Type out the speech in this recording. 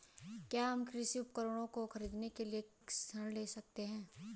क्या हम कृषि उपकरणों को खरीदने के लिए ऋण ले सकते हैं?